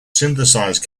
synthesized